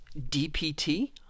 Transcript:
DPT